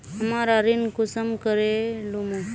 हमरा ऋण कुंसम करे लेमु?